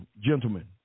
gentlemen